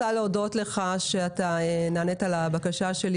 אני רוצה להודות לך שנענית לבקשה שלי